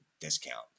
discount